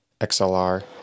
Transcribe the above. XLR